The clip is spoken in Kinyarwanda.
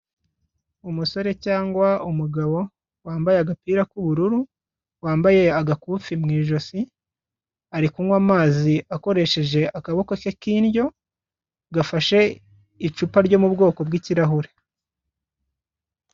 Umusore cyangwa umugabo wambaye agapira k'ubururu, wambaye agakufi mu ijosi, ari kunywa amazi akoresheje akaboko ke k'indyo gafashe icupa ryo mu bwoko bw'ikirahure.